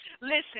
listen